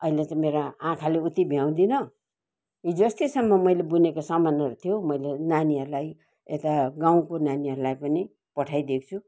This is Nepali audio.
अहिले चाहिँ मेरो आँखाले उति भ्याउँदिनँ हिजो अस्तिसम्म मैले बुनेको समानहरू थियो मैले नानीहरूलाई यता गाउँको नानीहरूलाई पनि पठाइदिएको छु